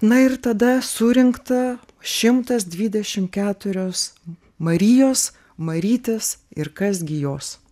na ir tada surinkta šimtas dvidešim keturios marijos marytės ir kas gi jos